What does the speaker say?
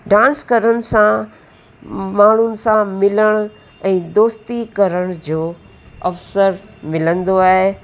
dance करण सां माण्हुनि सां मिलण ऐं दोस्ती करण जो अवसर मिलंदो आहे